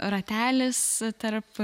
ratelis tarp